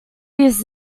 this